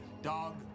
Dog